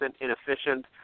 inefficient